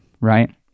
right